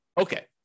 Okay